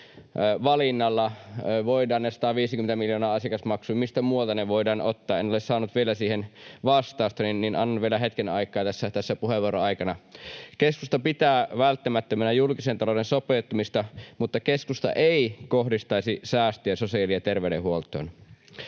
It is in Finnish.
valinnalla voidaan ne 150 miljoonaa asiakasmaksuja ottaa. En ole saanut vielä siihen vastausta, joten annan vielä hetken aikaa tässä puheenvuoron aikana. Keskusta pitää välttämättömänä julkisen talouden sopeuttamista, mutta keskusta ei kohdistaisi säästöjä sosiaali‑ ja terveydenhuoltoon.